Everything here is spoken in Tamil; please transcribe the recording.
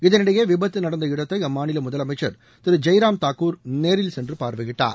இதனிடையே விபத்து நடந்த இடத்தை அம்மாநில முதலமைச்சர் திரு ஜெய்ராம் தாக்கூர் நேரில் சென்று பார்வையிட்டார்